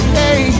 hey